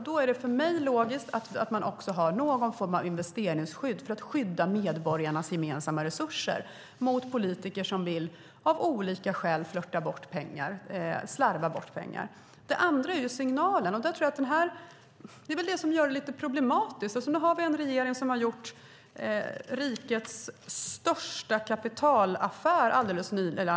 Då är det för mig logiskt att man har någon form av investeringsskydd för att skydda medborgarnas gemensamma resurser mot politiker som av olika skäl vill slarva bort pengar. Det andra är signalen. Det är vad som gör det lite problematiskt. Här har vi en regering som har gjort rikets största kapitalaffär.